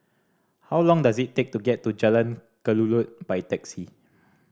how long does it take to get to Jalan Kelulut by taxi